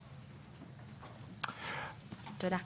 תודה.